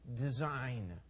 design